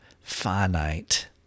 finite